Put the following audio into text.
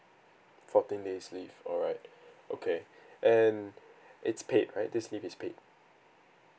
fourteen days leave alright okay and it's paid right this leave is paid